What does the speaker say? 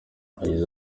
yagize